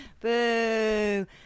Boo